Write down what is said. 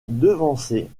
devancé